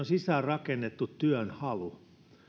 sisään rakennettu työn halu